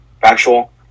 Factual